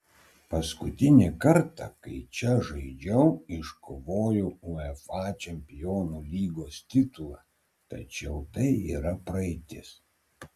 paskutinį kartą kai čia žaidžiau iškovojau uefa čempionų lygos titulą tačiau tai yra praeitis